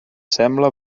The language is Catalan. sembla